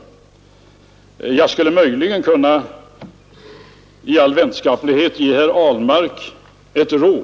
Sedan skulle jag möjligen i all vänskaplighet kunna ge herr Ahlmark ett råd.